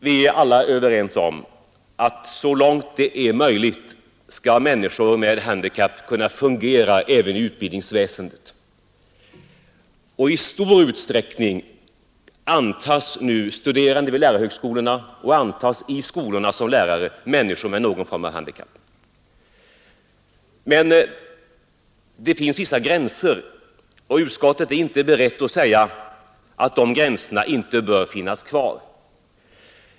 Vi är alla överens om att så långt det är möjligt skall människor med handikapp kunna fungera även i utbildningsväsendet, och i stor utsträckning antas nu som studerande vid lärarhögskolorna och som lärare ute i skolorna människor med någon form av handikapp. Men det finns vissa gränser, och utskottet är inte berett att säga att de gränserna inte bör finnas kvar.